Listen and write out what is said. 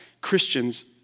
Christians